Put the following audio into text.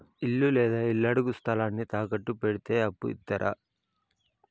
ఇల్లు లేదా ఇళ్లడుగు స్థలాన్ని తాకట్టు పెడితే అప్పు ఇత్తరా?